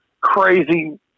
crazy